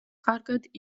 კარგად